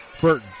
Burton